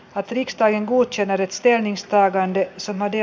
atrix tai muut sen värit steenistaa grande sonate